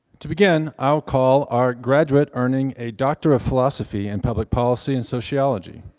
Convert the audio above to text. to begin, i'll call our graduate, earning a doctor of philosophy and public policy, and sociology.